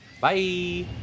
Bye